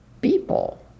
people